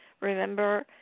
remember